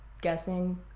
guessing